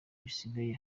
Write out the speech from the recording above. bisigaye